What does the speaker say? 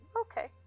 Okay